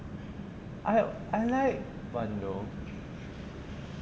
I li~ I like bandung